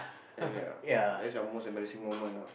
Halloween Night ah that's your most embarrassing moment ah